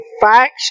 facts